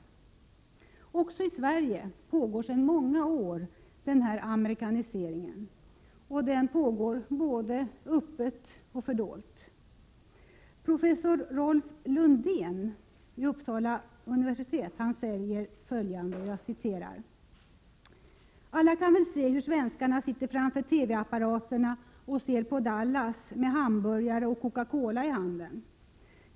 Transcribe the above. Också i Sverige pågår sedan många år denna amerikanisering, både öppet och fördolt. Professor Rolf Lundén vid Uppsala universitet säger följande: ”Alla kan väl se hur svenskarna sitter framför TV-apparaterna och ser på Dallas med hamburgare och coca-cola i handen.